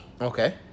Okay